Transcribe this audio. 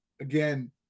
Again